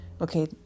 okay